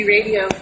Radio